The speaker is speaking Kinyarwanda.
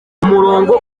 umurongo